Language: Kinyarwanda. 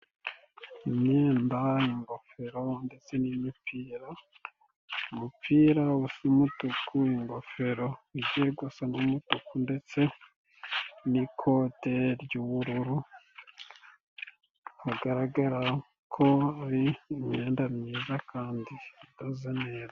Imyendagofero ndetse n'imipira umupira usimutu ku ingofero igerwasa n'umutuku ndetse nkote ry'ubururu hagaragara ko ari imyenda myiza kandi idoze neza